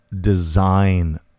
design